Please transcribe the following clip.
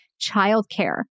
childcare